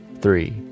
three